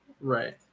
Right